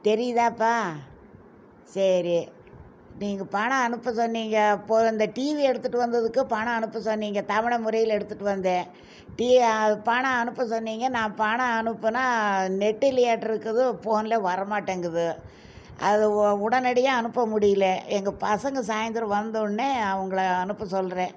தெரியுதாப்பா சரி நீங்க பணம் அனுப்ப சொன்னீங்க அப்புறம் இந்த டிவி எடுத்துட்டு வந்ததுக்கு பணம் அனுப்ப சொன்னீங்க தவணை முறையில் எடுத்துட்டு வந்தேன் டிவி அது பணம் அனுப்ப சொன்னீங்க நான் பணம் அனுப்பினா நெட் இல்லையாட்டோ இருக்குது ஃபோனில் வரமாட்டேங்கிது அது உ உடனடியாக அனுப்ப முடியல எங்கள் பசங்க சாயந்தரம் வந்தவொடனே அவங்கள அனுப்ப சொல்கிறேன்